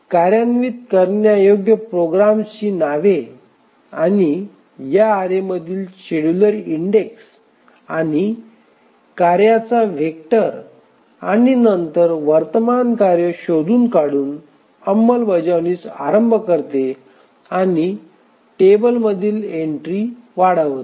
कार्यान्वित करण्यायोग्य प्रोग्राम्सची नावे आणि या अॅरेमधील शेड्युलर इंडेक्स आणि कार्येचा व्हेक्टर आणि नंतर वर्तमान कार्य शोधून काढून अंमलबजावणीस आरंभ करते आणि टेबलमध्ये एन्ट्री वाढवते